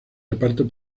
reparto